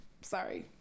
Sorry